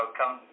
come